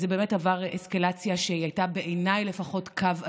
באמת עבר אסקלציה, שהייתה, בעיניי לפחות, קו אדום,